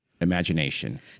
Imagination